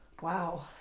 Wow